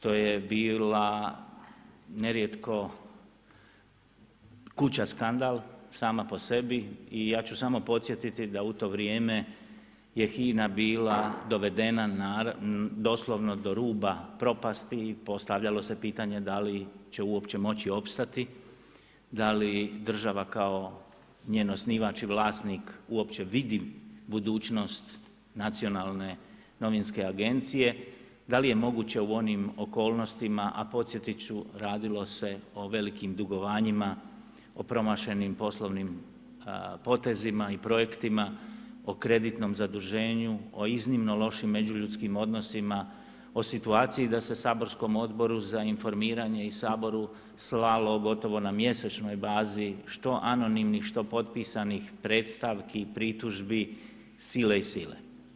To je bila nerijetko kuća skandal sama po sebi i ja ću samo podsjetiti da u to vrijeme je HINA bila dovedena doslovno do ruba propasti i postavljalo se pitanje da li će uopće moći opstati, da li država kao njen osnivač i vlasnik uopće vidi budućnost nacionalne novinske agencije, da li je moguće u onim okolnostima a podsjetit ću, radilo se o velikim dugovanjima, o promašenim poslovnim potezima i projektima, o kreditnom zaduženju, o iznimno lošim međuljudskim odnosima, o situaciji da se saborskom Odboru za informiranje i Saboru slalo gotovo na mjesečnoj bazi što anonimnih, što potpisanih predstavki, pritužbi, sile i sile.